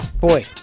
Boy